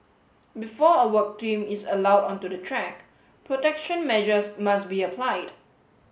before a work team is allowed onto the track protection measures must be applied